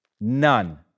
None